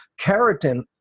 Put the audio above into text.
keratin